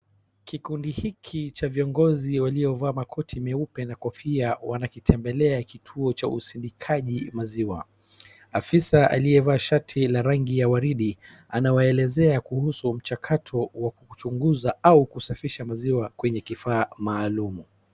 Kikundi hiki cha viongozi waliovaa makoti meupe na kofia wanakitembelea kituo cha usindikaji maziwa. Afisa aliyevaa shati la rangi ya waridi anawaelezea kuhusu mchakato wa kuchuguza au kusafisha maziwa kwenye kifaa maalum.